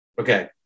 Okay